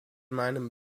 meinem